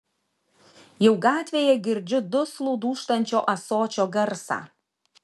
jau gatvėje girdžiu duslų dūžtančio ąsočio garsą